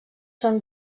són